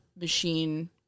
machine